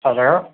hello